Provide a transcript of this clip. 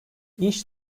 i̇ş